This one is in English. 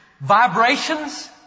vibrations